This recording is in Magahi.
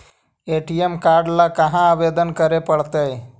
ए.टी.एम काड ल कहा आवेदन करे पड़तै?